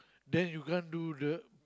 then you can't do the